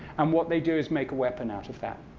and what they do is make a weapon out of that.